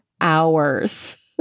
hours